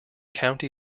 county